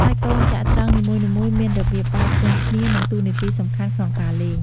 ហើយកូនចត្រង្គនីមួយៗមានរបៀបដើរផ្សេងគ្នា និងតួនាទីសំខាន់ក្នុងការលេង។